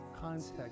context